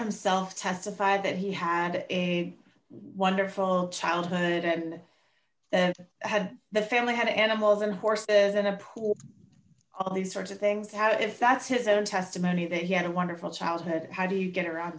himself testified that he had a wonderful child and had the family had animals and horses in a pool all these sorts of things that if that's his own testimony that he had a wonderful childhood how do you get around